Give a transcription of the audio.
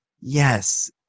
yes